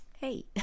hey